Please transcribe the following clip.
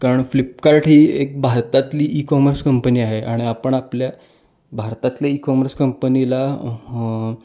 कारण फ्लिप्कार्ट ही एक भारतातली कॉमर्स कंपनी आहे आणि आपण आपल्या भारतातल्या कॉमर्स कंपनीला